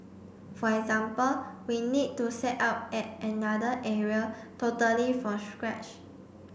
for example we need to set up at another area totally from scratch